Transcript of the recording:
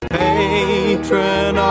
patron